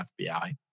FBI